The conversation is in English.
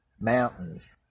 mountains